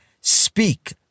speak